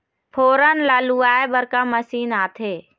फोरन ला लुआय बर का मशीन आथे?